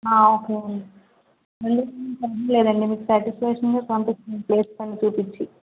ఆ ఓకే అండి అన్నిటికి లేదండి మీరు సాటిస్ఫాక్షన్ పంపించండి ప్లేస్లన్ని చూపించి